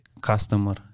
customer